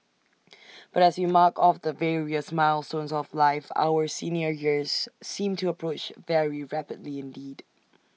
but as we mark off the various milestones of life our senior years seem to approach very rapidly indeed